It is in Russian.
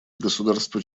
государства